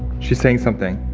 she's saying something.